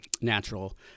natural